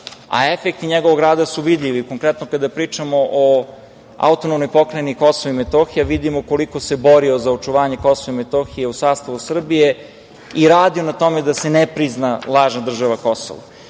a efekti njegovog rada su vidljivi. Konkretno kada pričamo o AP Kosovo i Metohija vidimo koliko se borio za očuvanje Kosova i Metohije u sastavu Srbije i radio na tome da se ne prizna lažna država